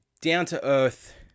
down-to-earth